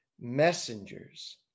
messengers